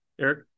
Eric